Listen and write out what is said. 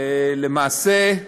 למעשה,